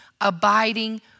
abiding